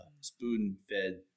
spoon-fed